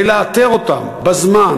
ולאתר בזמן,